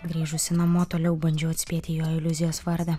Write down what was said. grįžusi namo toliau bandžiau atspėti jo iliuzijos vardą